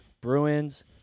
Bruins